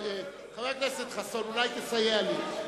חבר הכנסת חסון, אולי תסייע לי?